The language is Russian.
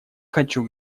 хочу